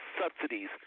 subsidies